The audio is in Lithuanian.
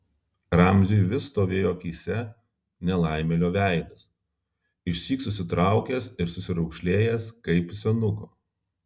ramziui vis stovėjo akyse nelaimėlio veidas išsyk susitraukęs ir susiraukšlėjęs kaip senuko